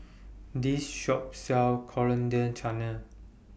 This Shop sells Coriander Chutney